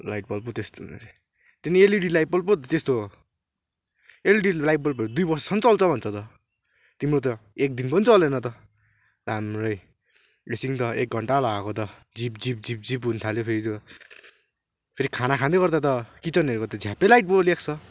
light bulb पो त्यस्तो हुनु रे त्यो पनि एलइडी लाइट बल्ब पो त्यस्तो हो एलइडी लाइट बल्ब दुई वर्षसम्म चल्छ भन्छ त तिम्रो त एकदिन पनि चलेन त राम्रै एकक्षण त एक घण्टा लगाएको त झिप् झिप् झिप् झिप् हुन थाल्यो फेरि त्यो फेरि खाना खाँदै गर्दा त किचनहरूको त झ्याप्पै लाइट बलेको छ